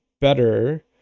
better